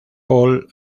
paul